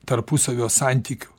tarpusavio santykių